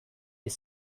est